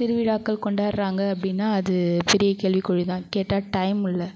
திருவிழாக்கள் கொண்டாடுறாங்க அப்படின்னா அது பெரிய கேள்விக்குறி தான் கேட்டால் டைம் இல்லை